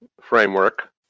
framework